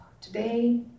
today